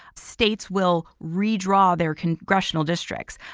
states will redraw their congressional districts.